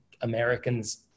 Americans